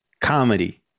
comedy